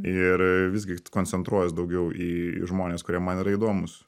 ir visgi koncentruojuos daugiau į žmones kurie man yra įdomūs